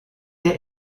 der